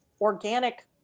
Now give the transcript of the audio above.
organic